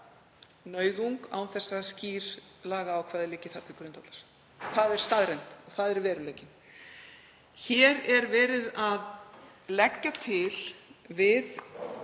nauðung án þess að skýr lagaákvæði liggi þar til grundvallar. Það er staðreynd og það er veruleikinn. Hér er verið að leggja til við